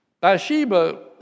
Bathsheba